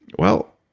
well,